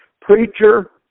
preacher